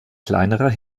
kleinerer